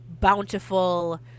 bountiful